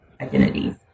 identities